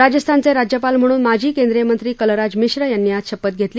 राजस्थानचे राज्यपाल म्हणून माजी केंद्रीय मंत्री कलराज मिश्र यांनी आज शपथ घेतली